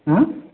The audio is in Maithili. अँ